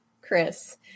Chris